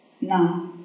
Now